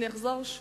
אני אחזור.